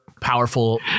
powerful